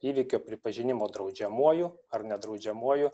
įvykio pripažinimo draudžiamuoju ar nedraudžiamuoju